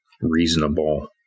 reasonable